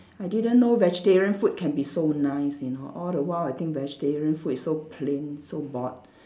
I didn't know vegetarian food can be so nice you know all the while I think vegetarian food is so plain so bored